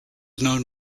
known